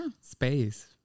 space